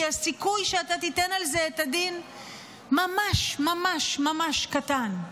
כי הסיכוי שאתה תיתן על זה את הדין ממש ממש ממש קטן.